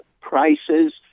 prices